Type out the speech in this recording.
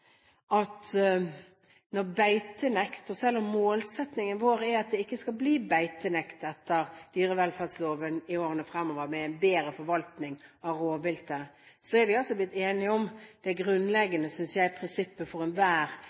at vi er blitt enige om beitenekt. Selv om målsettingen vår er at det ikke skal bli beitenekt etter dyrevelferdsloven i årene fremover med en bedre forvaltning av rovviltet, er vi altså blitt enige om det grunnleggende prinsippet – synes jeg – for enhver